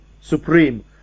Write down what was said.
supreme